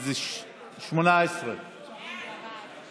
אז 18. בעד.